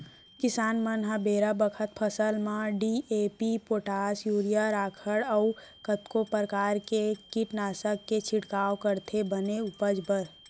किसान मन ह बेरा बखत फसल म डी.ए.पी, पोटास, यूरिया, राखड़ अउ कतको परकार के कीटनासक के छिड़काव करथे बने उपज बर